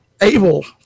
able